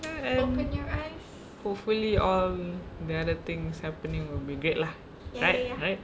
ya and hopefully all the other things happening will be great lah right right